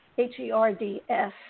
H-E-R-D-S